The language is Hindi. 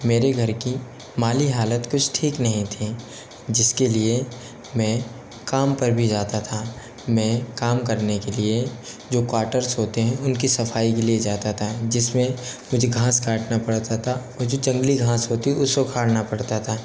मेरे घर की माली हालत कुछ ठीक नहीं थी जिस के लिए मैं काम पर भी जाता था मैं काम करने के लिए जो क्वाटर्स होते हैं उन की सफ़ाई के लिए जाता था जिस में मुझे घांस काटना पड़ता था वो जो जंगली घांस होती उस को काटना पड़ता था